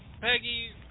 Peggy